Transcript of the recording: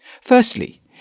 Firstly